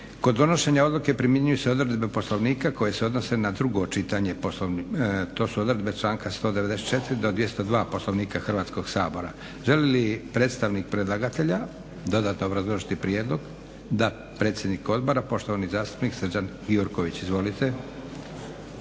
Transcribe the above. Kod donošenja odluke primjenjuju se odredbe Poslovnika koje se odnose na drugo čitanje, to su odredbe članka 194.do 202. Poslovnika. Želi li predstavnik predlagatelja dodatno obrazložiti prijedlog? Da. Predsjednik odbora poštovani zastupnik Srđan Gjurković. Izvolite.